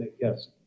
yes